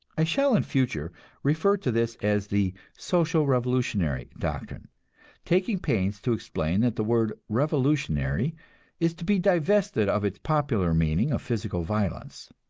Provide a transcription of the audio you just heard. i shall in future refer to this as the social revolutionary doctrine taking pains to explain that the word revolutionary is to be divested of its popular meaning of physical violence.